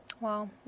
Wow